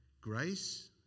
grace